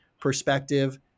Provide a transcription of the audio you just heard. perspective